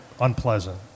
unpleasant